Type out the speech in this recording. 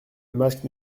masque